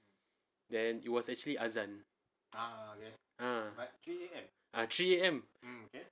then it was actually azan ah ah three A_M